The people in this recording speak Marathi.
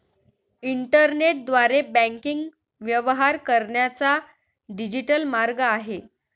इंटरनेटद्वारे बँकिंग व्यवहार करण्याचा डिजिटल मार्ग आहे